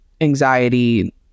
anxiety